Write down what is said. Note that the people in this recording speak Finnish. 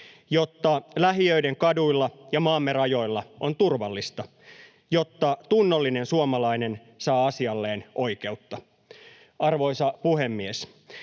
jotta lähiöiden kaduilla ja maamme rajoilla on turvallista; jotta tunnollinen suomalainen saa asialleen oikeutta. Arvoisa puhemies!